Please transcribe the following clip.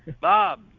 Bob